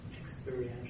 experiential